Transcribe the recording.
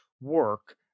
work